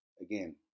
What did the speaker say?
again